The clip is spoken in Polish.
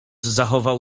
zachował